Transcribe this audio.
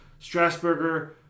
Strasburger